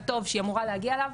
הטוב שהיא אמורה להגיע אליו.